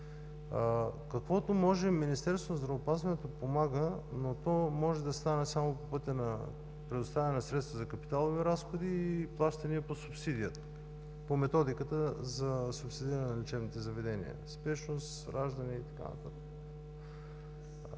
каквото може, Министерството на здравеопазването помага, но то може да стане само по пътя предоставяне на средства за капиталови разходи и плащания по субсидия, по методиката за субсидиране на лечебните заведения – спешност, раждане и така нататък.